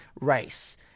race